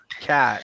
cat